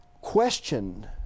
question